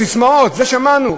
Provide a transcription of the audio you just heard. ססמאות, זה שמענו.